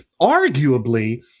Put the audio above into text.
arguably